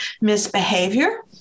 misbehavior